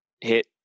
hit